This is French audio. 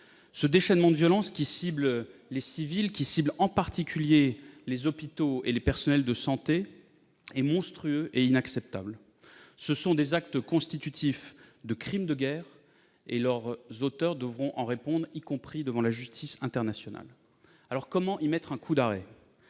Ce déchaînement de violence, qui cible les civils, en particulier les hôpitaux et les personnels de santé, est monstrueux et inacceptable. Ce sont des actes constitutifs de crimes de guerre, et leurs auteurs devront en répondre, y compris devant la justice internationale. Comment y mettre un coup d'arrêt ?